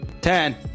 Ten